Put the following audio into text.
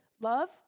love